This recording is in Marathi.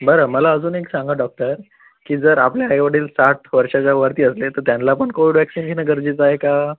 बरं मला अजून एक सांगा डॉक्टर की जर आपले आईवडील साठ वर्षाचेवरती असले त त्यांना पण कोविड वॅक्सीन घेणं गरजेचं आहे का